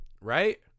right